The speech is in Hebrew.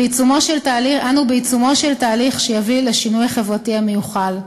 אנו בעיצומו של תהליך שיביא לשינוי החברתי המיוחל.